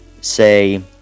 Say